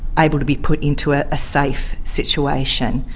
able to be put into ah a safe situation.